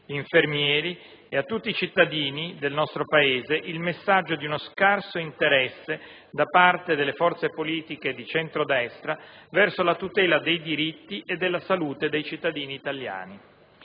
infermieri e a tutti i cittadini del nostro Paese il messaggio di uno scarso interesse, da parte delle forze politiche di centrodestra, verso la tutela dei dritti e della salute dei cittadini italiani.